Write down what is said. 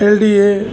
L D A